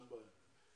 אין בעיה.